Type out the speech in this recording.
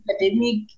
academic